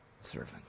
servant